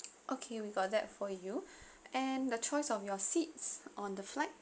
okay we got that for you and the choice of your seats on the flight